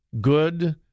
Good